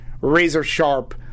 razor-sharp